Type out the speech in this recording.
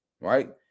right